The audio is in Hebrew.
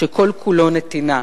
שכל כולו נתינה.